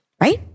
Right